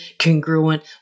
congruent